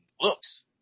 looks